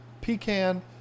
pecan